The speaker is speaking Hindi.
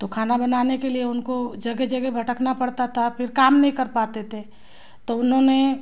तो खाना बनाने के लिए उनको जगह जगह भटकना पड़ता था फिर काम नहीं कर पाते थे तो उन्होंने